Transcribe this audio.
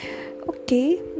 Okay